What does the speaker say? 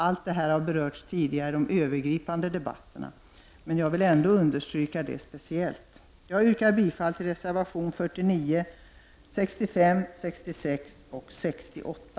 Allt detta har berörts tidigare i de övergripande debatterna, man jag vill ändå stryka under detta speciellt. Jag yrkar bifall till reservationerna 49, 65, 66 och 68.